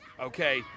Okay